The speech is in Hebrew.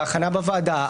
ההכנה בוועדה,